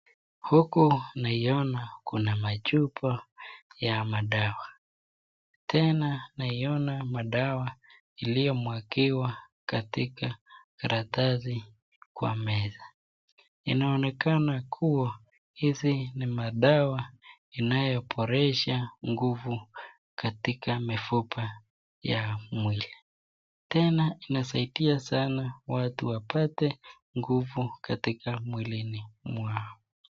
Huku naiona kuna machupa ya madawa tena naiona madawa iliyo mwagiwa katika karatasi kwa meza. Inaonekana kuwa hizi ni madawa inayoberesha nguvu katika mifupa ya mwili ,tena inasaidia sana watu wapate nguvu katika mwili yao.